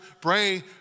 pray